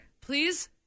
Please